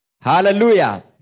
Hallelujah